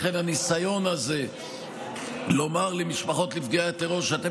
לכן הניסיון הזה לומר למשפחות נפגעי הטרור שאתם